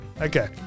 Okay